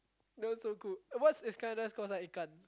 not so cool uh what's Isknadar's call sign